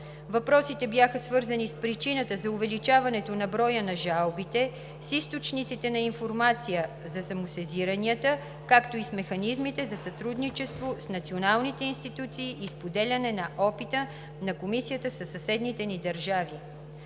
Въпросите бяха свързани с причината за увеличаването на броя на жалбите, с източниците на информация за самосезиранията, както и с механизмите за сътрудничество с националните институции и споделяне на опита на Комисията със съседните ни държави.